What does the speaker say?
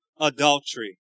adultery